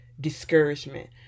discouragement